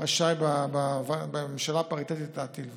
רשאי בממשלה הפריטטית להטיל וטו,